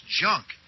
junk